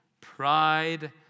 pride